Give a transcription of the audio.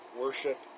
worship